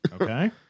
Okay